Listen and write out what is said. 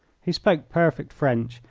he spoke perfect french,